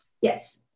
Yes